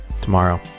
tomorrow